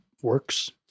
works